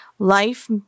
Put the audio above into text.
Life